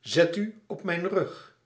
zèt u op mijn rug